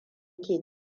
ke